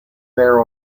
there